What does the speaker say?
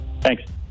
Thanks